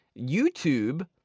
YouTube